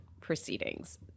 proceedings